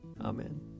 Amen